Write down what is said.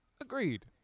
Agreed